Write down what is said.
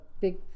big